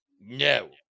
No